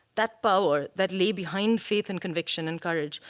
that power that lay behind faith and conviction and courage,